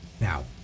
Now